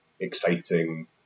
exciting